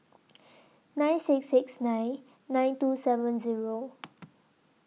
nine six six nine nine two seven Zero